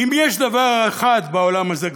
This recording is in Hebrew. ואם יש דבר אחד בעולם הזה,